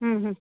हम्म हम्म